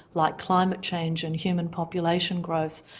like climate change and human population growth,